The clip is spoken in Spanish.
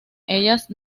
ellas